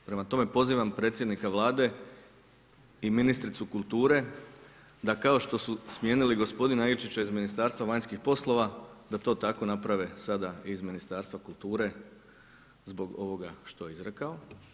Prema tome pozivima predsjednika Vlade i ministricu kulture, da kao što su smijenili gospodina Ivičića iz Ministarstva vanjskih poslova, da to tako naprave sada i iz Ministarstva kulture zbog ovoga što je izrekao.